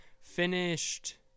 Finished